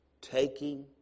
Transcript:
taking